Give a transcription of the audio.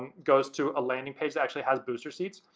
goes to a landing page that actually has booster seats.